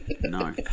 no